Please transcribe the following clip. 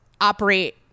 operate